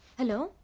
hello!